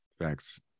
Thanks